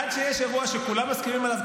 עד שיש אירוע שכולם מסכימים עליו,